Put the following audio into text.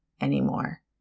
anymore